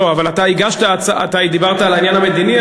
אני דיברתי על העניין המדיני.